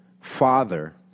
Father